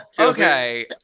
okay